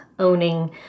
Owning